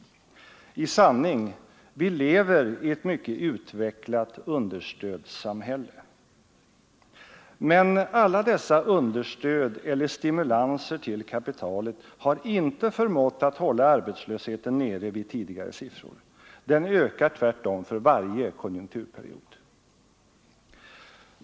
I sanning — vi lever i ett mycket utvecklat understödssamhälle. Men alla dessa understöd eller stimulanser till kapitalet har inte förmått att hålla arbetslösheten nere vid tidigare siffror. Den ökar tvärtom för varje konjunkturperiod.